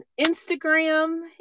Instagram